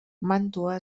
màntua